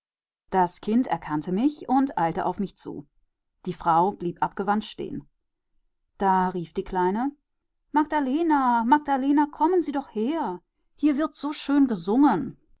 das kind erkannte mich und eilte auf mich zu die frau blieb abgewandt stehen da rief die kleine magdalena magdalena kommen sie doch her hier wird so schön gesungen